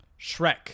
Shrek